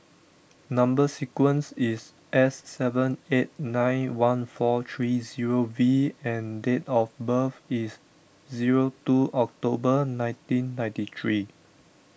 Number Sequence is S seven eight nine one four three zero V and date of birth is zero two October nineteen ninety three